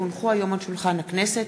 כי הונחו היום על שולחן הכנסת,